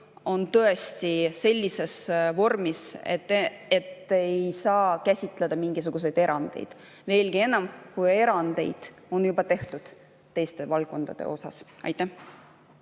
on tõesti sellises vormis, et ei saa teha mingisuguseid erandeid, veelgi enam, kui erandeid on juba tehtud teiste valdkondade puhul. Aitäh